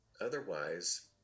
otherwise